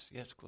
Yes